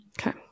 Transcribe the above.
Okay